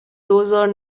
دوزار